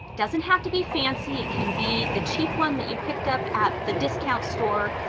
doesn't have to be fancy. it can be the cheap one that you picked up at the discount store,